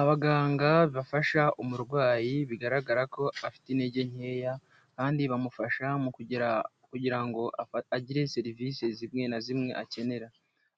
Abaganga bafasha umurwayi bigaragara ko afite intege nkeya kandi bamufasha mu kugira ngo agire serivisi zimwe na zimwe akenera,